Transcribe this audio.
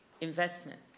investment